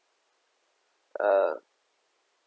uh